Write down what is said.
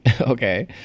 Okay